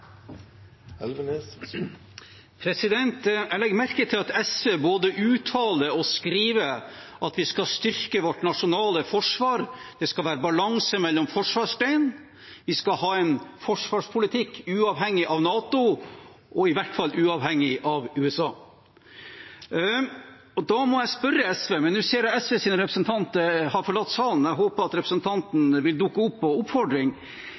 Jeg legger merke til at SV både uttaler og skriver at vi skal styrke vårt nasjonale forsvar, det skal være balanse mellom forsvarsgrenene, vi skal ha en forsvarspolitikk uavhengig av NATO, og i hvert fall uavhengig av USA. Da må jeg spørre SV – nå ser jeg SVs representant har forlatt salen, men jeg håper representanten vil dukke opp på oppfordring